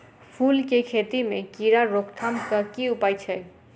फूल केँ खेती मे कीड़ा रोकथाम केँ की उपाय छै?